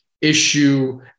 Issue